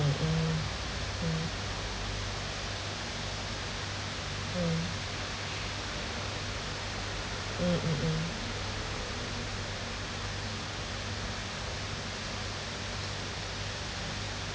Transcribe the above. mm mm mm mm mm mm